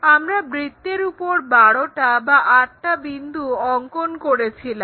আমরা বৃত্তের উপর বারোটা বা আটটা বিন্দু অংকন করেছিলাম